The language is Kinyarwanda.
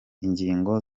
ingingo